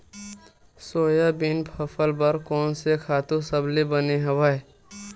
Soybean फसल बर कोन से खातु सबले बने हवय?